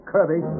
Kirby